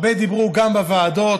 הרבה דיברו גם בוועדות,